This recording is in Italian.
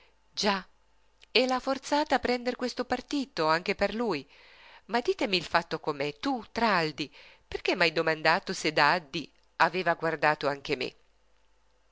e l'ha forzata a prender questo partito anche per lui ma ditemi il fatto com'è tu traldi perché m'hai domandato se daddi aveva guardato anche me